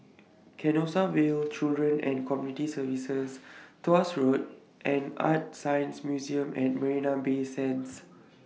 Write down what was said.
Canossaville Children and Community Services Tuas Road and ArtScience Museum At Marina Bay Sands